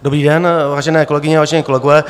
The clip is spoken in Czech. Dobrý den, vážené kolegyně, vážení kolegové.